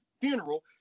funeral